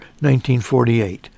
1948